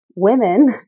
Women